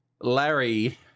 Larry